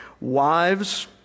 Wives